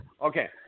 Okay